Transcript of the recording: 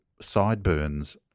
sideburns